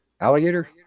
Alligator